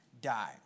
die